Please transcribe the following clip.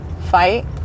fight